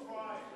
עוד שבועיים.